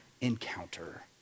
encounter